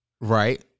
Right